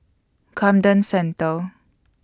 Camden Centre